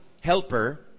helper